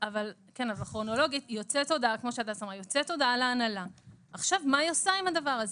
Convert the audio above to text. אבל כרונולוגית יוצאת הודעה להנהלה ועכשיו מה היא עושה עם הדבר הזה?